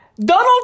Donald